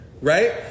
Right